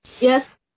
yes